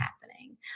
happening